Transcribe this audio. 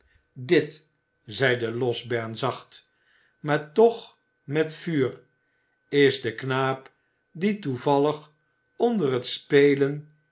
dit zeide losberne zacht maar toch met vuur is de knaap die toevallig onder het spelen